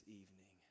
evening